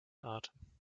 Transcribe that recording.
arten